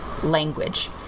Language